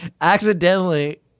accidentally